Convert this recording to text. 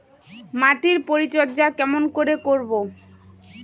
মাটির পরিচর্যা কেমন করে করব?